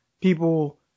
people –